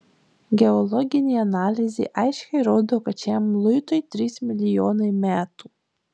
geologinė analizė aiškiai rodo kad šiam luitui trys milijonai metų